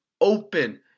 open